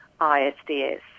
ISDS